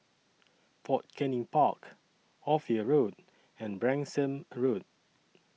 Fort Canning Park Ophir Road and Branksome Road